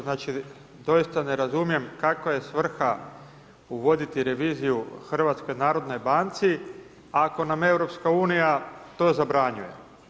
Znači doista ne razumijem kakva je svrha uvoditi reviziju HNB-u ako nam EU to zabranjuje.